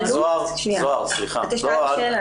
--- את השאלה.